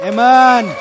Amen